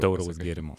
tauraus gėrimo